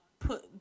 put